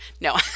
No